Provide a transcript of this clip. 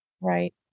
Right